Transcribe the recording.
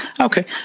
Okay